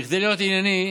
כדי להיות ענייניים,